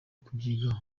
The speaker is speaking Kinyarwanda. kubyigaho